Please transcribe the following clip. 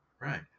Right